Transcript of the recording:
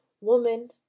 woman